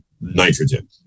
nitrogen